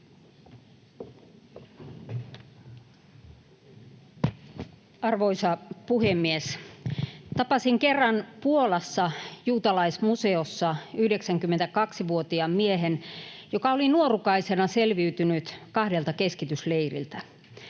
Arvoisa puhemies! Tapasin kerran Puolassa juutalaismuseossa 92-vuotiaan miehen, joka oli nuorukaisena selviytynyt kahdelta keskitysleiriltä.